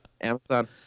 Amazon